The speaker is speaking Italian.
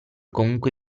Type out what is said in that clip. comunque